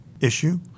issue